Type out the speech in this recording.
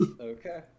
Okay